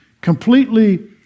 completely